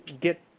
get